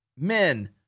Men